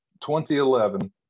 2011